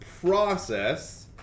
process